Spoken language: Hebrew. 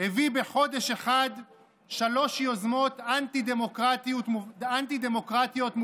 הביא בחודש אחד שלוש יוזמות אנטי-דמוקרטיות מובהקות: